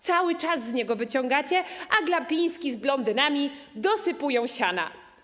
Cały czas z niego wyciągacie, a Glapiński z blondynami dosypują siana.